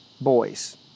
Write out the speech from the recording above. boys